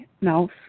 Mouse